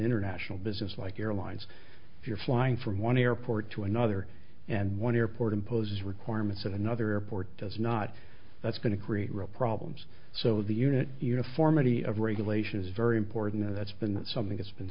international business like airlines if you're flying from one airport to another and one airport imposes requirements at another airport does not that's going to create real problems so the unit uniformity of regulation is very important and that's been something that's been